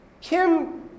Kim